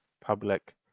public